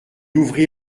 ouvrit